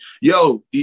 Yo